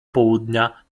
południa